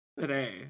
today